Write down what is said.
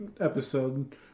episode